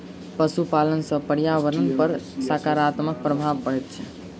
पशुपालन सॅ पर्यावरण पर साकारात्मक प्रभाव पड़ैत छै